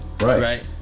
Right